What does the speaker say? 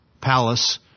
palace